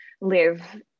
live